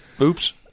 oops